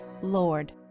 Lord